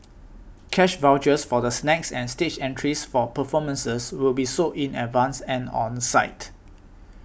cash vouchers for the snacks and stage entries for performances will be sold in advance and on site